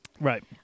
Right